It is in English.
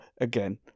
Again